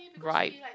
right